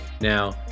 Now